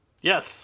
Yes